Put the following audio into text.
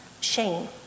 Shame